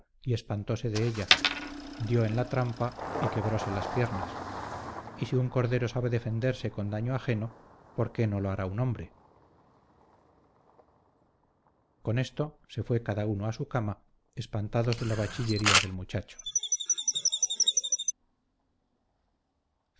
y espantose de ella dio en la trampa y quebrose las piernas y si un cordero sabe defenderse con daño ajeno por qué no lo hará un hombre con esto se fue cada uno a su cama espantados de la bachillería del muchacho